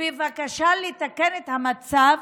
בבקשה לתקן את המצב